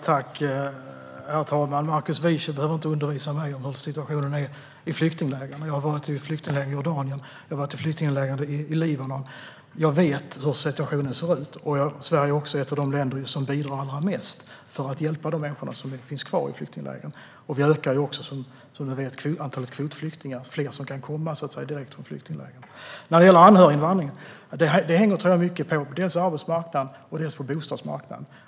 Herr talman! Markus Wiechel behöver inte undervisa mig om hur situationen är i flyktinglägren. Jag har varit i flyktingläger i Jordanien och Libanon. Jag vet hur situationen ser ut. Sverige är ett av de länder som bidrar allra mest för att hjälpa de människor som finns kvar i flyktinglägren. Som du vet ökar vi också antalet kvotflyktingar, det vill säga flyktingar som kan komma direkt från flyktinglägren. När det gäller anhöriginvandringen är det mycket som hänger på dels arbetsmarknad, dels bostadsmarknad.